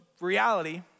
reality